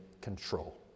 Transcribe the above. control